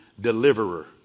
deliverer